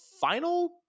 final